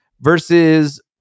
versus